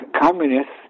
communists